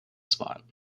spot